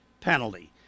penalty